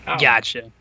gotcha